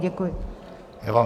Děkuji vám.